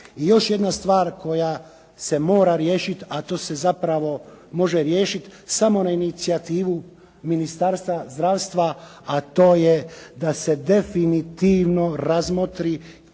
I još jedna stvar koja se mora riješiti a to se zapravo može riješiti samo na inicijativu Ministarstva zdravstva a to je da se definitivno razmotri